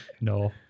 no